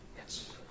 Yes